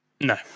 no